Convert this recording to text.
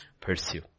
Pursue